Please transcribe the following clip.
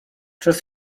przez